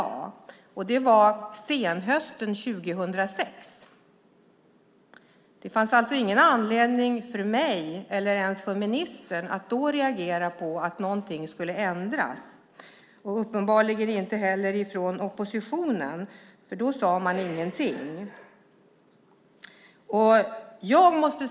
Vi fick informationen senhösten 2006. Det fanns alltså ingen anledning för mig, eller ens för ministern, att då reagera på att någonting skulle ändras, och uppenbarligen inte heller för oppositionen; de sade nämligen ingenting då.